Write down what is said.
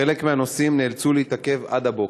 חלק מהנוסעים נאלצו להתעכב עד הבוקר.